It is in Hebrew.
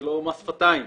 וזה לא מס שפתיים,